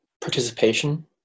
participation